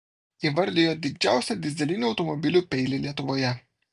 įvardijo didžiausią dyzelinių automobilių peilį lietuvoje